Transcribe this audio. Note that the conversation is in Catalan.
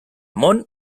món